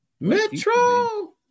Metro